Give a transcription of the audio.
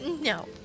No